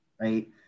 right